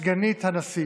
סגנית הנשיא